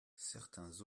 certains